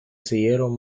siguieron